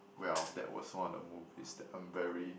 well that was one of the movies that I'm very